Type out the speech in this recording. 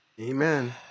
Amen